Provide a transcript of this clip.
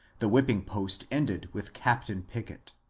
the whipping-post ended with captain pickett.